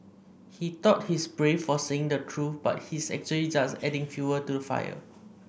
he thought he's brave for saying the truth but he's actually just adding fuel to the fire